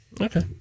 Okay